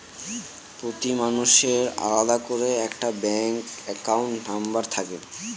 প্রতি মানুষের আলাদা করে একটা ব্যাঙ্ক একাউন্ট নম্বর থাকে